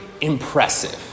impressive